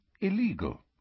illegal